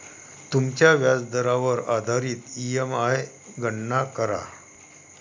तुमच्या व्याजदरावर आधारित ई.एम.आई गणना करा